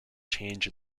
change